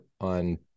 on